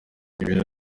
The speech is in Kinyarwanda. ibiro